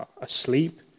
asleep